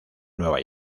nueva